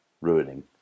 ruining